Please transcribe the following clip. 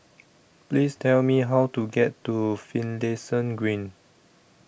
Please Tell Me How to get to Finlayson Green